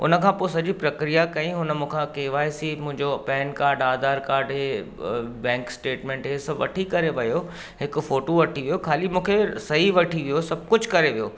हुनखां पोइ सॼी प्रक्रीया कई हुन मुखां केवाएसी मुंहिंजो पैन काड आधार काड इहे बैंक स्टेटमैंट इहे सभु वठी करे वियो हिकु फोटू वठी वियो ख़ाली मूंखे सही वठी वियो सभु कुझु करे वियो